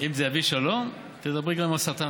אם זה יביא שלום, תדברי גם עם השטן.